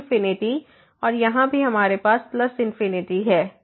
तो इंफिनिटी और यहां भी हमारे पास इंफिनिटी है